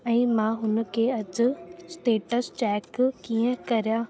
ऐं मां हुनखे अॼु स्टेटस चैक कीअं करिया